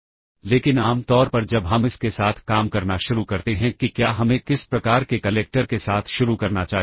तो स्टैक के टॉप पर असल में पुरानी रेजिस्टर वैल्यू B और C है